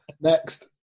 Next